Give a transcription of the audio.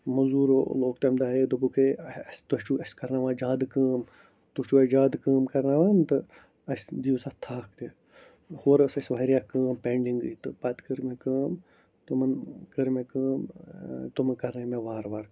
مٔزوٗرو لوگ تَمہِ دۄہ ہے دوٚپُکھ ہے اَسہِ تُہۍ چھُو اَسہِ کَرناوان زیادٕ کٲم تُہۍ چھُو اَسہِ زیادٕ کٲم کَرناوان تہٕ اَسہِ دِیِو سا تھاکھٕ ہورٕ ٲس اَسہِ واریاہ کٲم پٮ۪نٛڈِنٛگٕے تہٕ پتہٕ کٔر مےٚ کٲم تِمَن کٔر مےٚ کٲم تٕمہٕ کَرنٲوۍ مےٚ وارٕ وارٕ